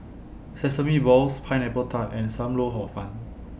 Sesame Balls Pineapple Tart and SAM Lau Hor Fun